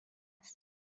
است